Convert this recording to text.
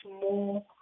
more